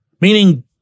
meaning